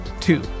Two